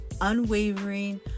unwavering